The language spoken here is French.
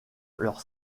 leur